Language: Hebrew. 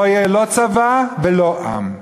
לא יהיה לא צבא ולא עם,